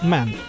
Man